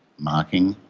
marking.